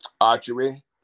archery